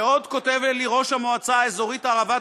ועוד, כותב לי ראש המועצה האזורית ערבה תיכונה: